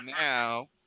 now